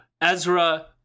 Ezra